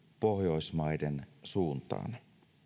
pohjoismaiden suuntaan